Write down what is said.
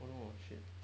oh no shit